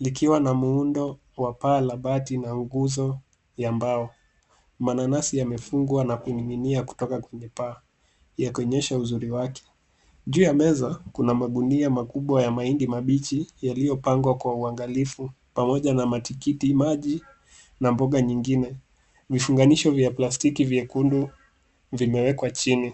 likiwa na muundo wa paa la bati na nguzo ya mbao. Mananasi yamefungwa na kuning'inia kutoka kwenye paa ya kuonyeza uzuri wake. Juu ya meza kuna magunia makubwa ya mahindi mabichi yaliyopangwa kwa uangalifu pamoja na matikiti maji na mboga nyingine. Mifunganisho vya plastiki vyekundu vimewekwa chini.